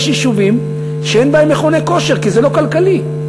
יש יישובים שאין בהם מכוני כושר כי זה לא כלכלי.